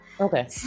Okay